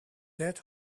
that